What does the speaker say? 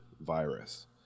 virus